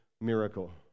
miracle